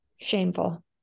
Shameful